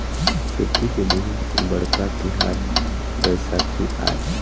खेती के बहुत बड़का तिहार बइसाखी आय